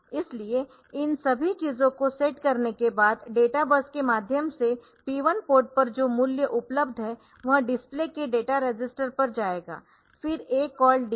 इसलिए इन सभी चीजों को सेट करने के बाद डेटा बस के माध्यम से P1 पोर्ट पर जो मूल्य उपलब्ध है वह डिस्प्ले के डेटा रजिस्टर पर जाएगा फिर A कॉल डिले